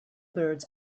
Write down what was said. birds